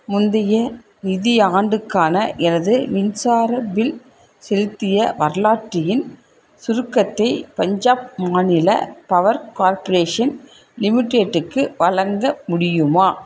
முந்தைய நிதி ஆண்டுக்கான எனது மின்சார பில் செலுத்திய வரலாற்றியின் சுருக்கத்தை பஞ்சாப் மாநில பவர் கார்ப்பரேஷன் லிமிடெட்டுக்கு வழங்க முடியுமா